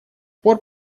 пор